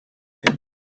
him